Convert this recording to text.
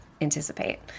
anticipate